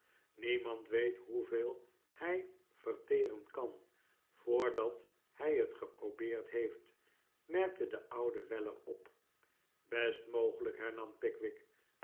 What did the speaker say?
niemand weet hoeveel hij verteren kan voordat hij het geprobeerd heeft merkte de oude weller op best mogelijk hernam pickwick